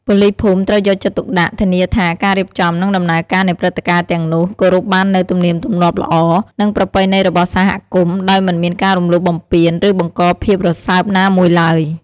ប៉ូលីសភូមិត្រូវយកចិត្តទុកដាក់ធានាថា ការរៀបចំ និងដំណើរការនៃព្រឹត្តិការណ៍ទាំងនោះ គោរពបាននូវទំនៀមទម្លាប់ល្អ និងប្រពៃណីរបស់សហគមន៍ ដោយមិនមានការរំលោភបំពាន ឬបង្កភាពរសើបណាមួយឡើយ។